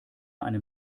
einen